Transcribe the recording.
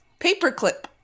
Paperclip